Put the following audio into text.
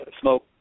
smoke